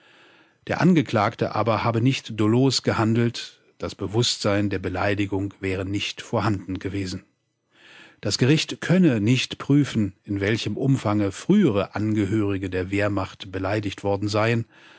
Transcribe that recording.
der angeklagte aber habe nicht dolos gehandelt das bewußtsein der beleidigung wäre nicht vorhanden gewesen das gericht könne nicht prüfen in welchem umfange frühere angehörige der wehrmacht beleidigt worden seien